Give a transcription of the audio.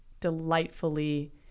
delightfully